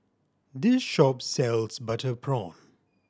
this shop sells butter prawn